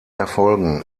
erfolgen